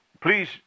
Please